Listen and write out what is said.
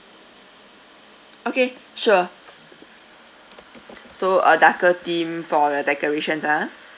okay sure so a darker theme for the decorations ah